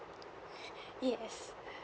yes